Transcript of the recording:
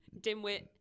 Dimwit